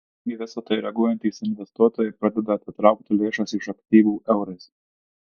į visa tai reaguojantys investuotojai pradeda atitraukti lėšas iš aktyvų eurais